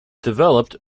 developed